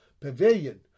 Pavilion